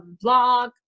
blog